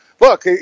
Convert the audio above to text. Look